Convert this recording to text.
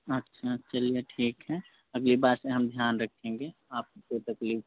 अच्छा चलिए ठीक है अगली बार से हम ध्यान रखेंगे आपको कोई तकलीफ